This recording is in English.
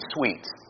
sweets